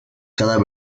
cada